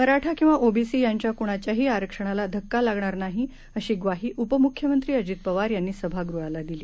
मराठा किंवा ओबीसी यांच्या कुणाच्याही आरक्षणाला धक्का लागणार नाही अशी ग्वाही उपम्ख्यमंत्री अजित पवार यांनी सभागृहाला दिली